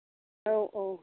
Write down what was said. औ औ